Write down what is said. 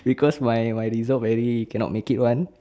because my my result very cannot make it one